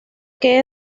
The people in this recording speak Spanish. que